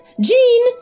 Jean